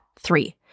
three